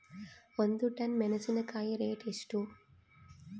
ಒಂದು ಟನ್ ಮೆನೆಸಿನಕಾಯಿ ರೇಟ್ ಎಷ್ಟು?